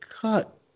cut